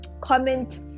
Comment